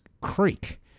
Creek